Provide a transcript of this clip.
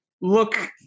look